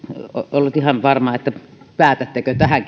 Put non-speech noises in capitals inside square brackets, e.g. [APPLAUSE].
ollut ihan varma päätättekö keskustelun tähän [UNINTELLIGIBLE]